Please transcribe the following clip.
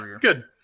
Good